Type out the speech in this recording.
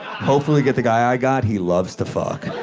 hopefully get the guy i got. he loves to.